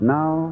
now